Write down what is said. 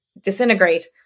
disintegrate